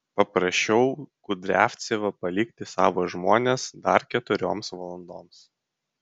paprašiau kudriavcevą palikti savo žmones dar keturioms valandoms